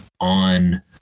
on